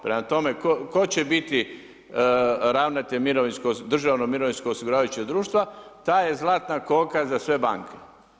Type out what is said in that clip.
Prema tome, tko će biti ravnatelj državnog mirovinskog osiguravajućeg društva taj je zlatna koka za sve banke.